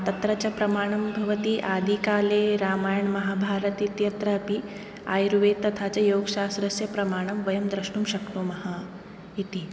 तत्र च प्रमाणं भवति आदिकाले रामायण महाभारत इत्यत्र अपि आयुर्वेद तथा च योगशास्त्रस्य प्रमाणं वयं द्रष्टुं शक्नुमः इति